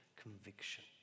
conviction